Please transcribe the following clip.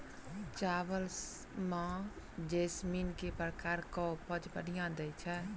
चावल म जैसमिन केँ प्रकार कऽ उपज बढ़िया दैय छै?